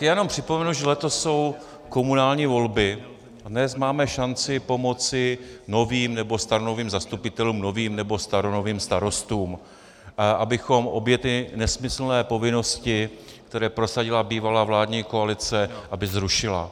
Jenom připomenu, že letos jsou komunální volby, a dnes máme šanci pomoci novým nebo staronovým zastupitelům, novým nebo staronovým starostům, abychom obě ty nesmyslné povinnosti, které prosadila bývalá vládní koalice, zrušili.